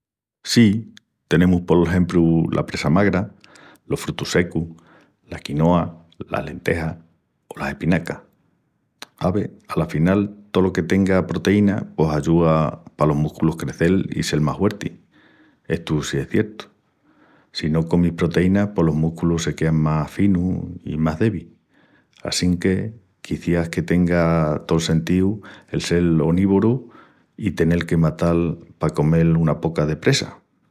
Si, tenemus por exempru la presa magra, los frutus secus, la quinoa, las lentejas o las espinacas. Ave, afinal tolo que tenga proteína pos ayúa palos músculus crecel i sel más huertis. Estu sí es ciertu. Si no comis proteínas pos los músculus se quean más finus i mas debis. Assinque quiciás que tenga to'l sentíu el sel onívorus i tenel que matal pa comel una poca de presa.